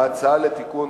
ההצעה לתיקון